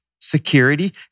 security